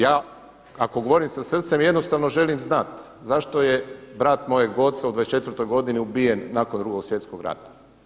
Ja ako govorim sa srcem jednostavno želim znat, zašto je brat mojeg oca u 24. godini ubijen nakon Drugog svjetskog rata.